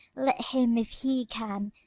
let him, if he can,